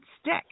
stick